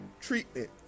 treatment